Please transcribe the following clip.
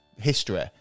history